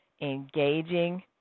engaging